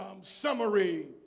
summary